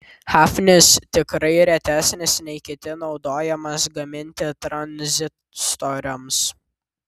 hafnis tikrai retesnis nei kiti naudojamas gaminti tranzistoriams